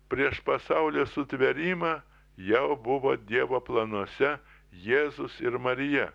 prieš pasaulio sutvėrimą jau buvo dievo planuose jėzus ir marija